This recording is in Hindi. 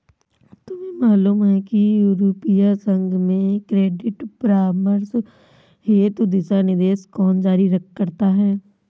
तुम्हें मालूम है कि यूरोपीय संघ में क्रेडिट परामर्श हेतु दिशानिर्देश कौन जारी करता है?